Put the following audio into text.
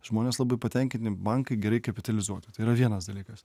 žmonės labai patenkinti bankai gerai kapitalizuota tai yra vienas dalykas